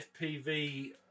FPV